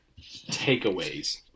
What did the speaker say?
takeaways